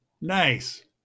Nice